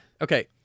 okay